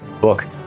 book